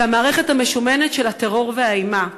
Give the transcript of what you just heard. למערכת המשומנת של הטרור והאימה.